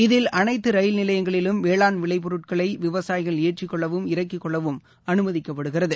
இதில் அனைத்து ரயில் நிலையங்களிலும் வேளாண் விளைப்பொருட்களை விவசாயிகள் ஏற்றிக்கொள்ளவும் இறக்கிக்கொள்ளவும் முடியும்